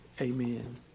amen